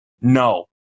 No